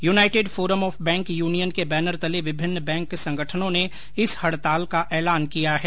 United forum of bank union के banner तले विभिन्न बैंक संगठनों ने इस हडताल का ऐलान किया है